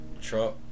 Trump